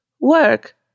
Work